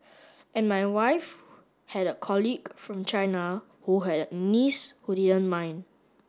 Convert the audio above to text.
and my wife had a colleague from China who had a niece who didn't mind